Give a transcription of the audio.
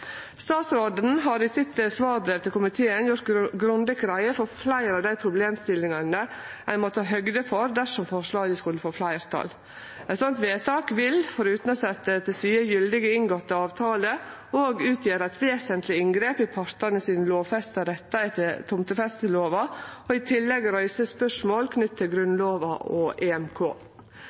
Statsråden har i sitt svarbrev til komiteen gjort grundig greie for fleire av dei problemstillingane ein må ta høgde for dersom forslaga skulle få fleirtal. Eit slikt vedtak vil, forutan å sette til side gyldig inngåtte avtalar, også utgjere eit vesentleg inngrep i partane sine lovfesta rettar etter tomtefestelova, og i tillegg reise spørsmål knytte til Grunnlova og EMK,